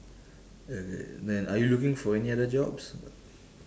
okay then are you looking for any other jobs